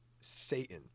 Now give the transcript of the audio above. Satan